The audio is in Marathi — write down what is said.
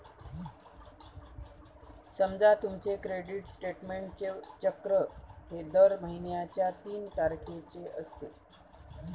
समजा तुमचे क्रेडिट स्टेटमेंटचे चक्र हे दर महिन्याच्या तीन तारखेचे असते